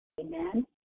Amen